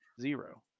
zero